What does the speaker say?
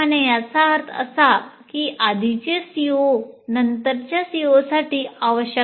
याचा अर्थ असा की आधीचे सीओ नंतरच्या सीओसाठी आवश्यक आहेत